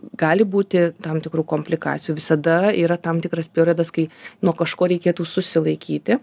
gali būti tam tikrų komplikacijų visada yra tam tikras periodas kai nuo kažko reikėtų susilaikyti